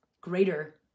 greater